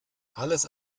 alles